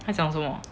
他讲什么